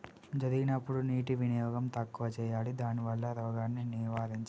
జరిగినప్పుడు నీటి వినియోగం తక్కువ చేయాలి దానివల్ల రోగాన్ని నివారించవచ్చా?